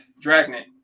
Dragnet